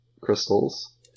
crystals